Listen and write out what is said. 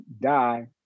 die